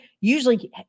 usually